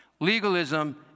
Legalism